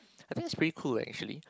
I think this pretty cool actually